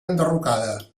enderrocada